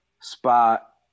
spot